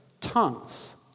tongues